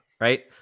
Right